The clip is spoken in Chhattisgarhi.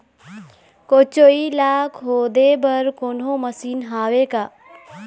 कोचई ला खोदे बर कोन्हो मशीन हावे का?